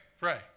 Pray